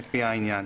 לפי העניין: